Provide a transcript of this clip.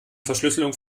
verschlüsselung